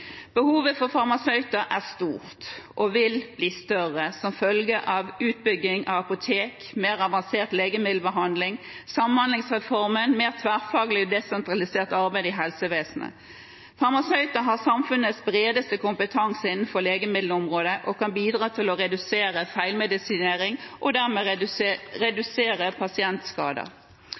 Behovet for farmasøyter er stort og vil bli større som følge av utbygging av apotek, mer avansert legemiddelbehandling, samhandlingsreformen og mer tverrfaglig og desentralisert arbeid i helsevesenet. Farmasøyter har samfunnets bredeste kompetanse innenfor legemiddelområdet og kan bidra til å redusere feilmedisinering og dermed redusere pasientskader.